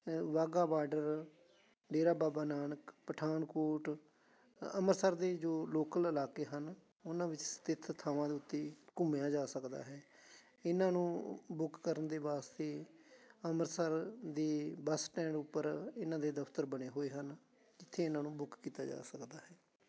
Wagah border Dera Baba Nanak Pathankot Amritsar ਦੇ ਜੋ local ਇਲਾਕੇ ਹਨ ਉਹਨਾਂ ਵਿੱਚ ਸਥਿਤ ਥਾਵਾਂ ਦੇ ਉੱਤੇ ਘੁੰਮਿਆਂ ਜਾ ਸਕਦਾ ਹੈ ਇਹਨਾਂ ਨੂੰ ਬੁੱਕ ਕਰਨ ਦੇ ਵਾਸਤੇ ਅੰਮ੍ਰਿਤਸਰ ਦੇ ਬੱਸ ਸਟੈਂਡ ਉੱਪਰ ਇਹਨਾਂ ਦੇ ਦਫਤਰ ਬਣੇ ਹੋਏ ਹਨ ਜਿੱਥੇ ਇਹਨਾਂ ਨੂੰ ਬੁੱਕ ਕੀਤਾ ਜਾ ਸਕਦਾ ਹੈ